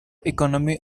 economy